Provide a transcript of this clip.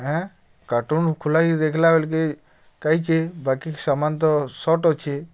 ହଁ କାର୍ଟୁନ୍ ଖୋଲାହେଇକି ଦେଖିଲା ବେଲ୍କେ କାଇଚେ ବାକି ସାମାନ୍ ତ ସର୍ଟ୍ ଅଛେ